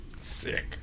sick